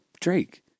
Drake